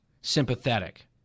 sympathetic